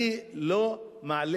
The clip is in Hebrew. אני לא מעלה